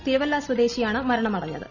തിരുവല്ല സ്വദേശിയാണ് മരണമടഞ്ഞത്